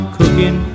cooking